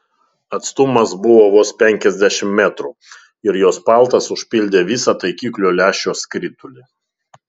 atstumas buvo vos penkiasdešimt metrų ir jos paltas užpildė visą taikiklio lęšio skritulį